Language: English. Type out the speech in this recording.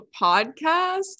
podcast